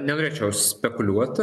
nenorėčiau aš spekuliuoti